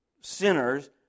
sinners